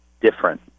different